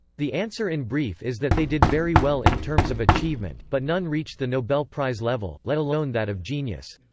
the answer in brief is that they did very well in terms of achievement, but none reached the nobel prize level, let alone that of genius.